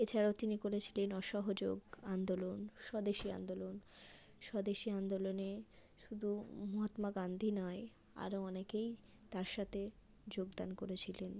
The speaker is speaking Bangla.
এছাড়াও তিনি করেছিলেন অসহযোগ আন্দোলন স্বদেশী আন্দোলন স্বদেশী আন্দোলনে শুধু মহাত্মা গান্ধি নয় আরো অনেকেই তার সাথে যোগদান করেছিলেন